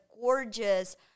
gorgeous